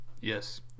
Yes